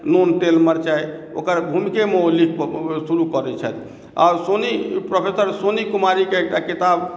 नोन तेल मिरचाइ ओकर भूमिकेमे ओ लिखके शुरू कऽ दैत छथि आओर सोनी प्रोफेसर सोनी कुमारीके एकटा किताब